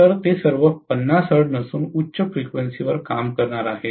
तर ते सर्व 50 Hz नसून उच्च फ्रिक्वेन्सी वर काम करणार आहेत